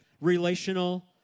relational